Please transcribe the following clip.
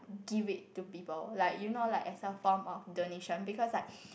give it to people like you know like extra form of donation because like